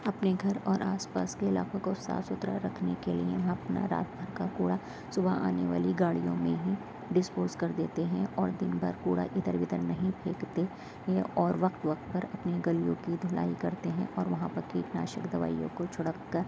اپنے گھر اور آس پاس کے علاقوں کو صاف ستھرا رکھنے کے لیے ہم اپنا رات بھر کا کوڑا صبح آنے والی گاڑیوں میں ہی ڈشپوز کر دیتے ہیں اور دن بھر کوڑا ادھر ودھر نہیں پھینکتے ہیں اور وقت وقت پر اپنے گلیوں کی دھلائی کرتے ہیں اور وہاں پر کیٹ ناشک دوائیوں کو چھڑک کر